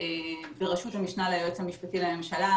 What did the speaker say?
צוות בראשות המשנה ליועץ המשפטי לממשלה,